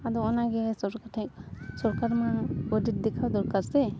ᱟᱫᱚ ᱚᱱᱟᱜᱮ ᱥᱚᱨᱠᱟᱨ ᱴᱷᱮᱱ ᱥᱚᱨᱠᱟᱨ ᱢᱟ ᱯᱨᱚᱡᱮᱠᱴ ᱫᱮᱠᱷᱟᱣ ᱫᱚᱨᱠᱟᱨ ᱥᱮ